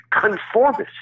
conformist